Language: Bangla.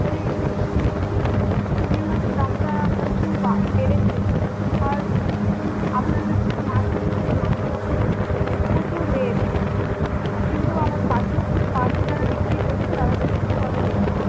ওই রুই মাছ রুই মাছের দামটা প্রচুর বা বেড়েছে আর আপনার কাছ থেকে মাছ নিয়েছি মাছটা কেমন প্রচুর রেট কিন্তু আমার পাশের দো পাশে যারা বিক্রি করছে তাদের কাছে কিন্তু অতো রেট না